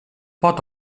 pot